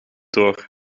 door